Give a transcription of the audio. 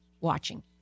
watching